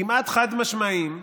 כמעט חד-משמעיים,